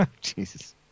Jesus